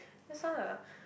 that's why ah